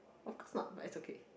of course not but it's okay